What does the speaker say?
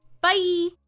Bye